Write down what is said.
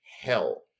hell